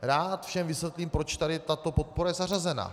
Rád všem vysvětlím, proč tady tato podpora je zařazena.